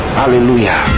hallelujah